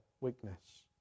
weakness